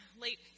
late